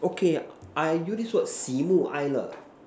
okay I use this word 喜怒哀乐